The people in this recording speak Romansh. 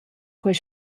quei